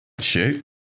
Shoot